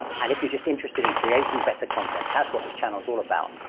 and if you're just interested in creating better content, that's what this channel is all about.